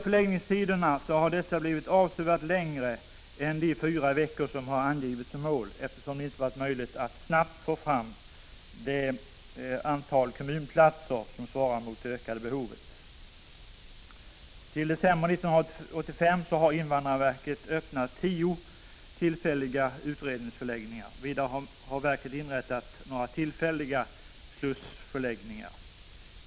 Förläggningstiderna har blivit avsevärt längre än de fyra veckor som har angivits som mål, eftersom det inte varit möjligt att snabbt få fram det antal kommunplatser som svarar mot det ökade behovet. Till december 1985 har invandrarverket öppnat tio tillfälliga utredningsförläggningar. Vidare har verket inrättat några tillfälliga slussförläggningar.